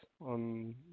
on